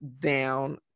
down